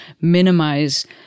minimize